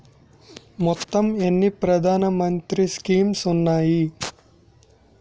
మొత్తం ఎన్ని ప్రధాన మంత్రి స్కీమ్స్ ఉన్నాయి?